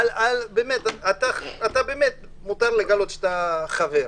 אני באמת מחשיב אותך כחבר.